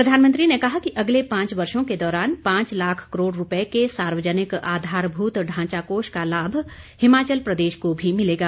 प्रधानमंत्री ने कहा कि अगले पांच वर्षो के दौरान पांच लाख करोड़ रूपये के सार्वजनिक आधारभूत ढांचा कोष का लाभ हिमाचल प्रदेश को भी मिलेगा